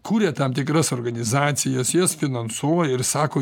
kuria tam tikras organizacijas jas finansuoja ir sako